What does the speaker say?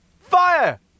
Fire